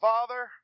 Father